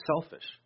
selfish